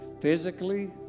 physically